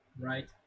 right